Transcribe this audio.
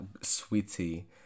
sweetie